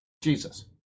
Jesus